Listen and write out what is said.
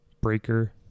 Breaker